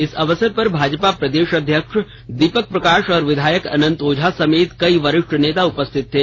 इस अवसर पर भाजपा प्रदेश अध्यक्ष दीपक प्रकाश और विधायक अनंत ओझा समेत कई वरिष्ठ नेता उपस्थित थे